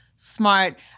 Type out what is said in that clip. Smart